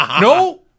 No